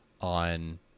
on